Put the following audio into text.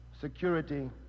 security